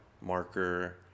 marker